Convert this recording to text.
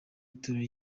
itorero